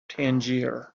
tangier